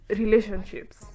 relationships